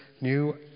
new